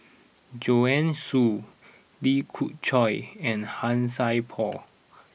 Joanne Soo Lee Khoon Choy and Han Sai Por